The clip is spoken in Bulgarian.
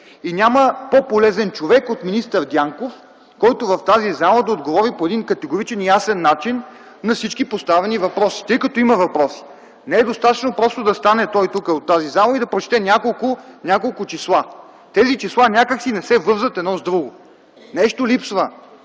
И няма по-полезен човек от министър Дянков, който в тази зала да отговори по един категоричен и ясен начин на всички поставени въпроси, тъй като има въпроси. Не е достатъчно той да стане просто в тази зала и да прочете няколко числа. Тези числа някак си не се връзват едно с друго. Нещо липсва.